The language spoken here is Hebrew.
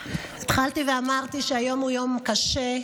התחלתי ואמרתי שהיום הוא יום קשה,